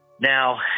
Now